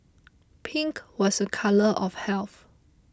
pink was a colour of health